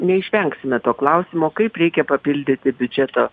neišvengsime to klausimo kaip reikia papildyti biudžeto